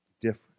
Different